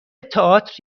تئاتر